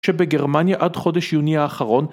שבגרמניה עד חודש יוני האחרון.